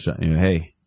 hey